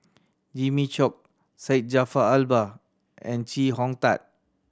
Jimmy Chok Syed Jaafar Albar and Chee Hong Tat